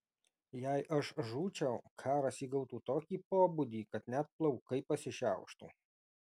jei aš žūčiau karas įgautų tokį pobūdį kad net plaukai pasišiauštų